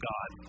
God